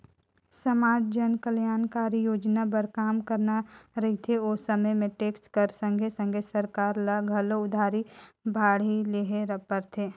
समाज जनकलयानकारी सोजना बर काम करना रहथे ओ समे में टेक्स कर संघे संघे सरकार ल घलो उधारी बाड़ही लेहे ले परथे